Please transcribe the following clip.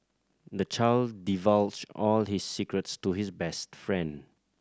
the child divulged all his secrets to his best friend